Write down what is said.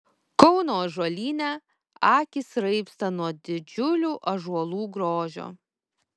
kauno ąžuolyne akys raibsta nuo didžiulių ąžuolų grožio